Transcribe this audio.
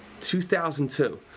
2002